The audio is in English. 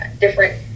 different